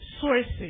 sources